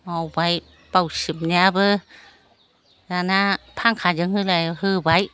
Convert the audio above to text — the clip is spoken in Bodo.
मावबाय बाव सिबनायाबो दाना फांखाजों होलाय होबाय